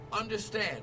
Understand